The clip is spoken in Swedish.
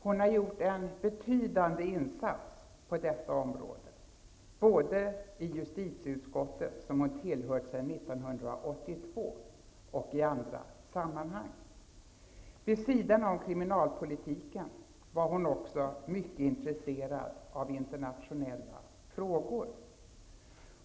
Hon har gjort en betydande insats på detta område både i justitieutskottet som hon tillhört sedan 1982 och i andra sammanhang. Vid sidan av kriminalpolitiken var hon också mycket intresserad av internationella frågor.